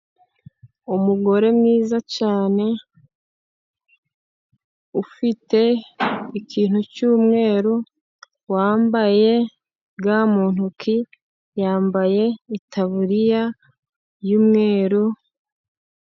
Umugore mwiza cyane, ufite ikintu cyumweru, wambaye ga mu ntoki, yambaye itaburiya yumweru...